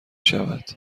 شود